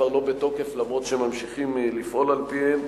כבר לא בתוקף למרות שממשיכים לפעול על-פיהן.